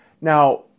Now